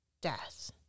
death